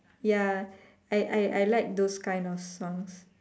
ya I I I like those kind of songs